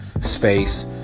space